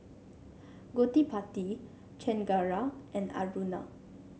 Gottipati Chengara and Aruna